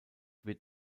wird